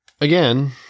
Again